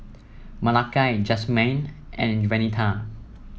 Malakai Jasmyne and Venita